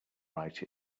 write